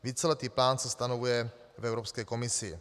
Víceletý plán se stanovuje v Evropské komisi.